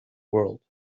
world